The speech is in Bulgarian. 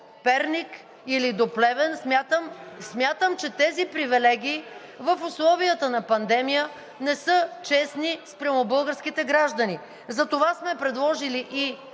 Перник, или до Плевен, смятам, че тези привилегии в условията на пандемия не са честни спрямо българските граждани. Затова сме предложили и